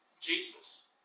Jesus